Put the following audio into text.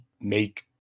make